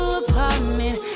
apartment